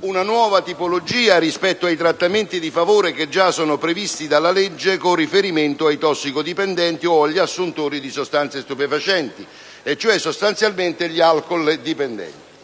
una nuova tipologia rispetto ai trattamenti di favore già previsti dalla legge con riferimento ai tossicodipendenti o agli assuntori di sostanze stupefacenti, sostanzialmente gli alcoldipendenti